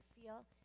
feel